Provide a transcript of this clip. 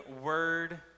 word